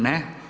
Ne.